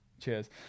cheers